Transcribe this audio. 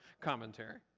commentary